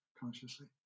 consciously